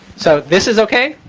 so this is ok?